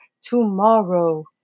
tomorrow